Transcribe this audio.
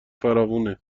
فراوونه